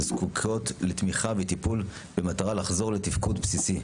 והן זקוקות לתמיכה וטיפול במטרה לחזור לתפקוד בסיסי.